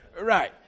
Right